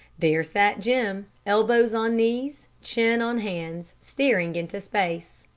there sat jim, elbows on knees, chin on hands, staring into space.